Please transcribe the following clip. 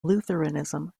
lutheranism